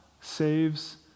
saves